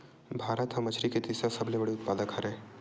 भारत हा मछरी के तीसरा सबले बड़े उत्पादक हरे